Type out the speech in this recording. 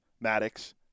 Maddox